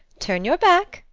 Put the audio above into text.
turn your back.